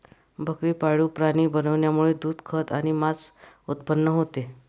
बकरी पाळीव प्राणी बनवण्यामुळे दूध, खत आणि मांस उत्पन्न होते